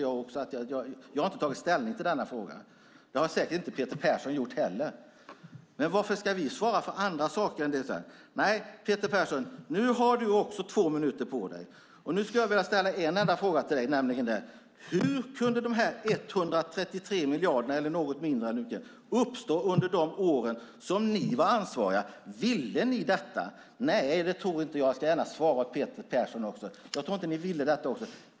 Jag har inte tagit ställning till denna fråga. Det har säkert inte Peter Persson heller gjort. Men varför ska vi svara för andra saker än detta? Peter Persson! Nu har du två minuter på dig. Jag skulle vilja ställa en enda fråga till dig: Hur kunde de här 133 miljarderna, eller något mindre, uppstå under de år som ni var ansvariga? Ville ni detta? Nej, det tror jag inte. Jag ska gärna svara åt Peter Persson också. Jag tror inte att ni ville detta.